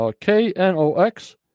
K-N-O-X